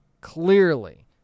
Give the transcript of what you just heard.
clearly